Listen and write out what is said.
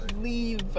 leave